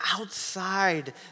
outside